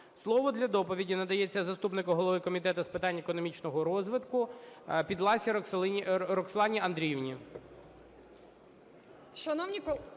Слово для доповіді надається заступнику голови Комітету з питань економічного розвитку Підласій Роксолані Андріївні.